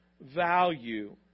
value